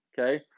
okay